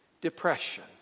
depression